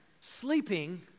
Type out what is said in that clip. sleeping